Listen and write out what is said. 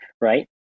right